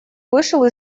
вышел